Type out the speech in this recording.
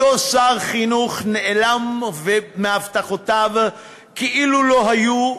אותו שר חינוך מתעלם מהבטחותיו כאילו לא היו,